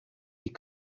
die